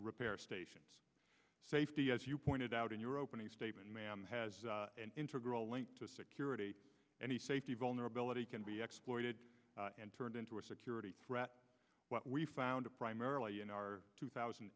repair stations safety as you pointed out in your opening statement has an integral link to security any safety vulnerability can be exploited and turned into a security threat what we found primarily in our two thousand